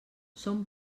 són